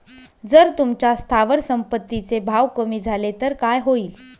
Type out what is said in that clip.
जर तुमच्या स्थावर संपत्ती चे भाव कमी झाले तर काय होईल?